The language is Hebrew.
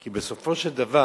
כי בסופו של דבר,